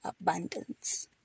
abundance